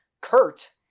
Kurt